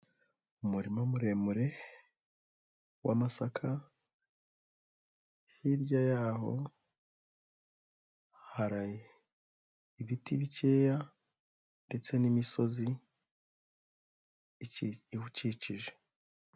Umurima muremure wamasaka, hirya y'aho hari ibiti bikeya ndetse n'imisozi iwukikije.